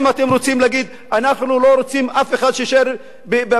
אם אתם רוצים להגיד: אנחנו לא רוצים אף אחד שיישאר בנגב,